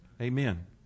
Amen